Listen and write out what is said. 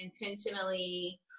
intentionally